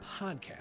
Podcast